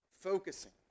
focusing